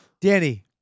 Danny